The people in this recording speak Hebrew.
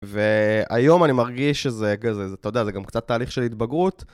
והיום אני מרגיש שזה, אתה יודע, זה גם קצת תהליך של התבגרות.